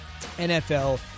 NFL